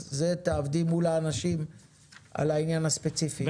תעבדי מול האנשים על העניין הספציפי.